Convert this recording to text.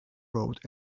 road